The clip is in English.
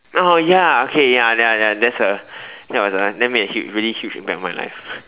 oh ya okay ya ya ya that's a that was a that made a huge a really huge impact on my life